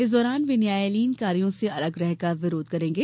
इस दौरान वे न्यायालयीन कार्यों से अलग रहकर विरोध करेंगे